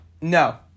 No